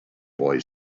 boy